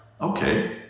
Okay